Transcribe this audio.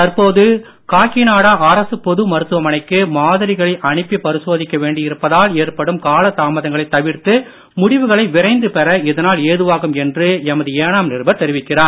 தற்போது காக்கிநாடா அரசு பொது மருத்துவமனைக்கு மாதிரிகளை அனுப்பி பரிசோதிக்க வேண்டி இருப்பதால் ஏற்படும் கால தாமதங்களைத் தவிர்த்து முடிவுகளை விரைந்து பெற இதனால் ஏதுவாகும் என்று எமது ஏனாம் நிருபர் தெரிவிக்கிறார்